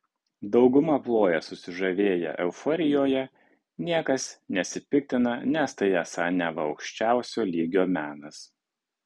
dauguma ploja susižavėję euforijoje niekas nesipiktina nes tai esą neva aukščiausio lygio menas